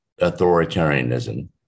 authoritarianism